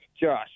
Josh